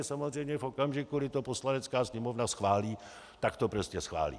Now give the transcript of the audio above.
Samozřejmě v okamžiku, kdy to Poslanecká sněmovna schválí, tak to prostě schválí.